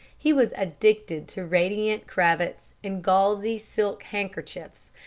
he was addicted to radiant cravats and gauzy silk handkerchiefs,